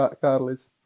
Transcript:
Carlos